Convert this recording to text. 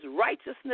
righteousness